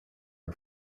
are